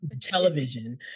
television